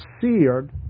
seared